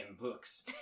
books